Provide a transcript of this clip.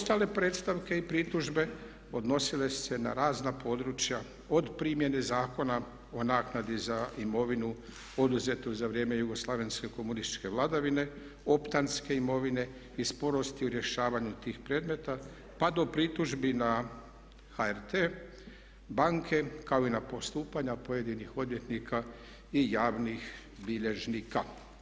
Ostale predstavke i pritužbe odnosile su se na razna područja od primjene zakona o naknadi za imovinu oduzetu za vrijeme jugoslavenske komunističke vladavine, optanske imovine i sporosti u rješavanju tih predmeta, pa do pritužbi na HRT, banke kao i na postupanja pojedinih odvjetnika i javnih bilježnika.